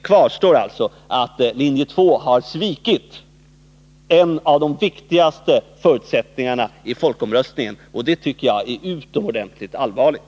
Kvar står alltså att linje 2 har svikit en av de viktigaste förutsättningarna i folkomröstningen. Det tycker jag är utomordentligt allvarligt.